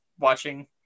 Watching